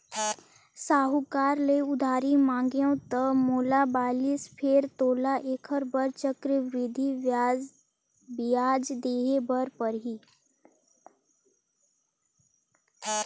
साहूकार ले उधारी मांगेंव त मोला बालिस फेर तोला ऐखर बर चक्रबृद्धि बियाज देहे बर परही